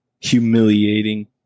humiliating